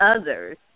others